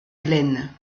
glen